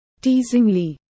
Teasingly